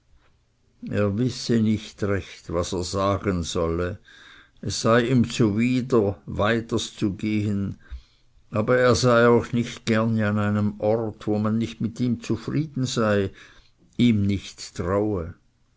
er wisse nicht recht was er sagen solle es sei ihm zuwider fürers aber er sei auch nicht gerne an einem orte wo man nicht mit ihm zufrieden sei ihm nicht traue